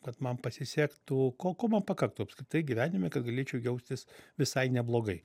kad man pasisektų ko ko man pakaktų apskritai gyvenime kad galėčiau jaustis visai neblogai